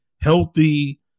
healthy